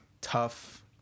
tough